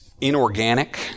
inorganic